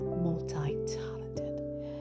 multi-talented